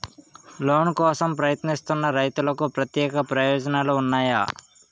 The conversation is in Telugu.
లోన్ కోసం ప్రయత్నిస్తున్న రైతులకు ప్రత్యేక ప్రయోజనాలు ఉన్నాయా?